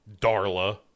darla